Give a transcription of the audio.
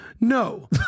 No